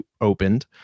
opened